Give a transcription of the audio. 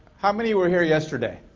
how many were here yesterday?